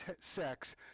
sex